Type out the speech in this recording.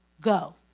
go